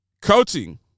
Coaching